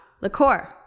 liqueur